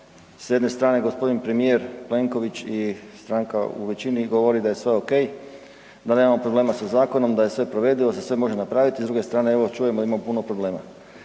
S jedne strane, g. premijer Plenković i stranka u većini govori da je sve okej, da nemamo problema sa zakonom, da je sve provedivo, da se sve može napraviti. S druge strane, evo, čujemo da ima puno problema.